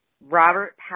Robert